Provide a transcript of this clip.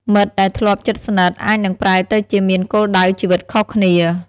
មិត្តដែលធ្លាប់ជិតស្និទ្ធអាចនឹងប្រែទៅជាមានគោលដៅជីវិតខុសគ្នា។